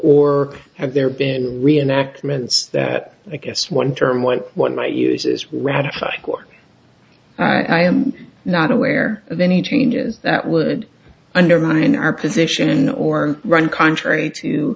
or have there been reenactments that i guess one term what one might use is ratified or i am not aware of any changes that would undermine our position or run contrary to